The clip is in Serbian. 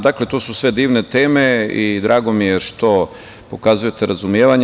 Dakle, to su sve divne teme i drago mi je što pokazujete razumevanje.